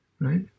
right